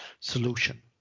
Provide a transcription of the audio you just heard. solution